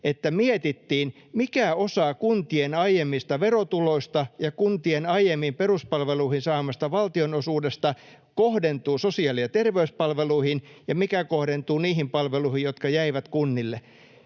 että mietittiin, mikä osa kuntien aiemmista verotuloista ja kuntien aiemmin peruspalveluihin saamasta valtionosuudesta kohdentuu sosiaali- ja terveyspalveluihin ja mikä kohdentuu niihin palveluihin, jotka jäivät kunnille.